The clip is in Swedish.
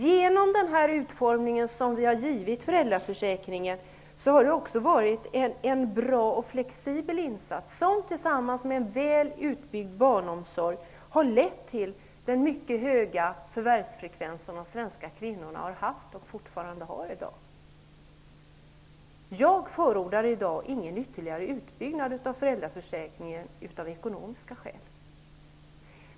Genom den utformning som vi har givit föräldraförsäkringen har den blivit en bra och flexibel insats, som tillsammans med en väl utbyggd barnomsorg har lett till den mycket höga förvärvsfrekvens som de svenska kvinnorna har haft och fortfarande har. Jag förordar i dag ingen ytterligare utbyggnad av föräldraförsäkringen av ekonomiska skäl.